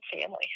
Family